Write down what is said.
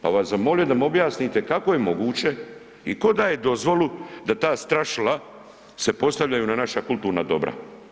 Pa bih vas zamolio da mi objasnite kako je moguće i tko daje dozvolu da ta strašila se postavljaju na naša kulturna dobra.